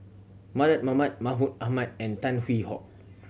Mardan Mamat Mahmud Ahmad and Tan Hwee Hock